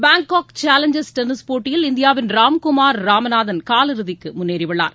Bangkok Challengers tennis போட்டியில் இந்தியாவின் ராம்குமார் ராமநாதன் காலிறுதிக்கு முன்னேறி உள்ளார்